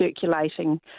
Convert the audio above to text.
circulating